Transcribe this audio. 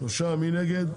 מי נגד?